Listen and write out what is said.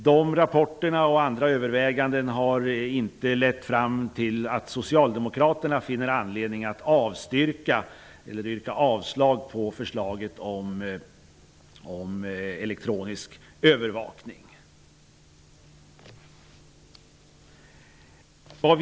De rapporterna och andra överväganden har inte lett fram till att Socialdemokraterna finner anledning att avstyrka förslaget om elektronisk övervakning.